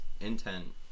intent